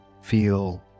feel